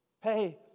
hey